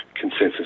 consensus